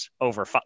over